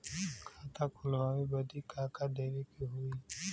खाता खोलावे बदी का का देवे के होइ?